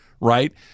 right